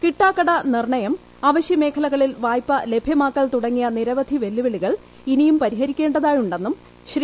കിട്ടാക്കട നിർണയം അവശ്യ മേഖലകളിൽ വായ്പ ലഭ്യമാക്കൽ തുടങ്ങിയ നിരവധി വെല്ലുവിളികൾ ഇനിയും പരിഹരിക്കേണ്ടതായുണ്ടെന്നും ശ്രീ